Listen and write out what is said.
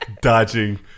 Dodging